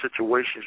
situations